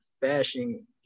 bashing